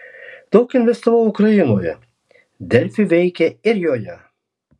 daug investavau ukrainoje delfi veikia ir joje